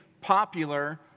popular